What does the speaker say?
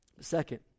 second